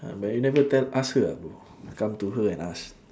uh but you never tell ask her ah bro come to her and ask